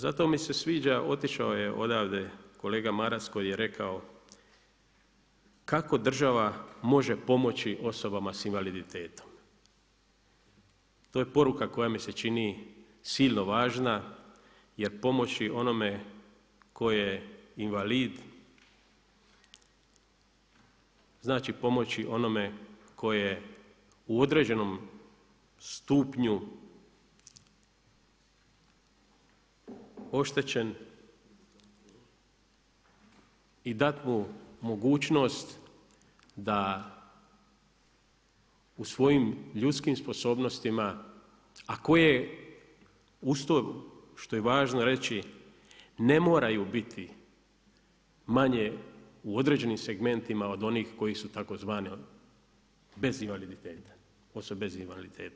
Zato mi se sviđa, otišao je odavde kolega Maras koji je rekao kako država može pomoći osobama sa invaliditetom, to je poruka koja mi se čini silno važna jer pomoći onome tko je invalid znači pomoći onome tko je u određenom stupnju oštećen i dati mu mogućnost da u svojim ljudskim sposobnostima, a koje … što je važno reći, ne moraju biti manje u određenim segmentima od onih koji su tzv. bez invaliditeta, osobe bez invaliditeta.